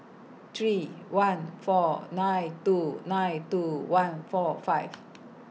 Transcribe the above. three one four nine two nine two one four five